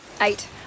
Eight